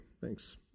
thanks